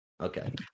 Okay